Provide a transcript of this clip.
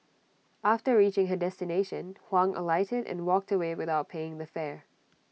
after reaching her destination Huang alighted and walked away without paying the fare